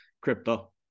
crypto